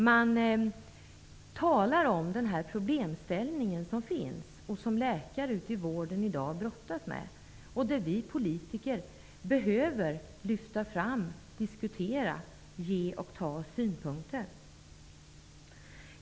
Man talar om den problemställning som finns och som läkare ute i vården i dag brottas med. Vi politiker behöver lyfta fram och diskutera, ge och ta synpunkter.